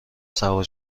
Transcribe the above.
سوار